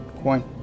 coin